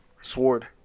Sword